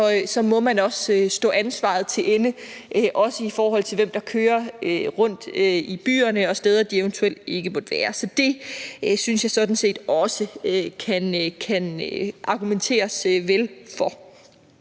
må man også stå ansvaret til ende, også i forhold til hvem der kører rundt i byerne og andre steder, de eventuelt ikke må være. Det synes jeg sådan set også der kan argumenteres vel for.